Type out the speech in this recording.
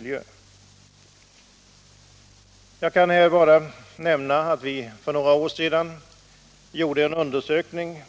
Låt mig här bara nämna att vi för några år sedan gjorde en undersökning